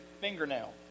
fingernail